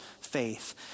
faith